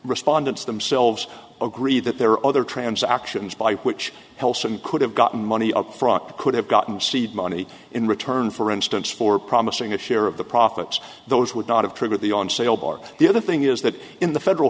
respondents themselves agree that there are other transactions by which helston could have gotten money upfront that could have gotten seed money in return for instance for promising a share of the profits those would not have triggered the on sale bar the other thing is that in the federal